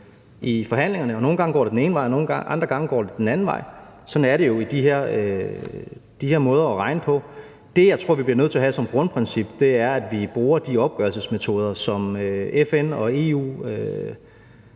i forhandlingerne. Og nogle gange går det den ene vej, og andre gange går det den anden vej. Sådan er det jo i forhold til de her måder at regne på. Det, jeg tror vi bliver nødt til at have som grundprincip, er, at vi bruger de opgørelsesmetoder, som FN og EU